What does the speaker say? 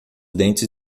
dentes